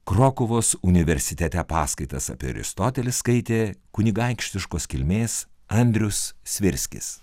krokuvos universitete paskaitas apie aristotelį skaitė kunigaikštiškos kilmės andrius svirskis